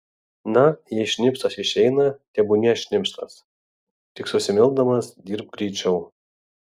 na jei šnipštas išeina tebūna šnipštas tik susimildamas dirbk greičiau